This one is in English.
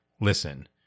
listen